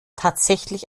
tatsächlich